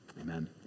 Amen